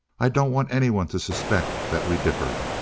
i don't want anyone to suspect that we differed.